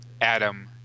Adam